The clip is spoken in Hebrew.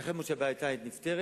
ייתכן מאוד שהבעיה היתה נפתרת.